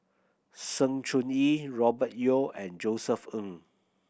Sng Choon Yee Robert Yeo and Josef Ng